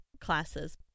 classes